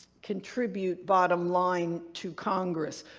contribute bottom line to congress,